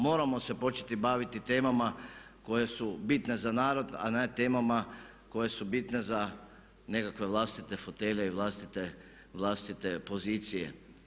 Moramo se početi baviti temama koje su bitne za narod, a ne temama koje su bitne za nekakve vlastite fotelje i vlastite pozicije.